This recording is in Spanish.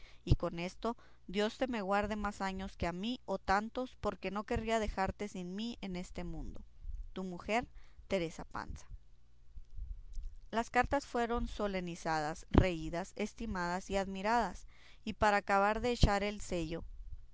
y con esto dios te me guarde más años que a mí o tantos porque no querría dejarte sin mí en este mundo tu mujer teresa panza las cartas fueron solenizadas reídas estimadas y admiradas y para acabar de echar el sello